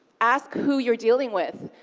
ask who you're dealing with.